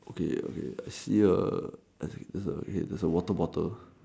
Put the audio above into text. okay okay I see a I think wait there's a water bottle